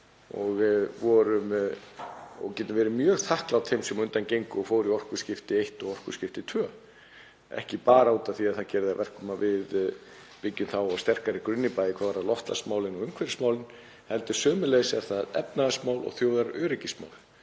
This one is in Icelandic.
og getum verið mjög þakklát þeim sem á undan gengu og fóru í orkuskipti eitt og orkuskipti tvö, ekki bara út af því að það gerir það að verkum að við byggjum þá á sterkari grunni, bæði hvað varðar loftslagsmálin og umhverfismálin heldur sömuleiðis er það efnahagsmál og þjóðaröryggismál.